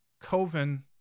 Coven